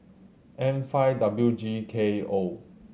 M five W G K O